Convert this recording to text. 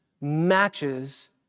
matches